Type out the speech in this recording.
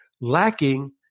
lacking